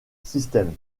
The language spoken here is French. system